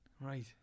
Right